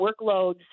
workloads